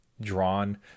drawn